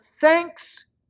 thanks